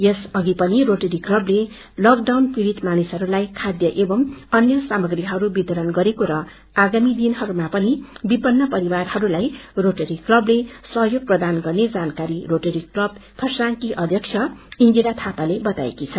यस अधिपनि रोटरी क्लबले लकडान पीडित मानिसहरूलाई खाध्य एवं अन्य सामग्रीहरू वितरण गर्ने काम गरेको र आगामी दिनहरूमा पनि विपन्न परिवारहरूलाई रोटरी क्लबले सहयोग प्रदान गन्ने जानकारी रोटरी क्लब खरसाङ की अध्यक्ष ईन्दिरा थापाले बतएकी छन्